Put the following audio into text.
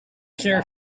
care